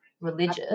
religious